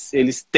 eles